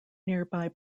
nearby